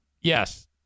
Yes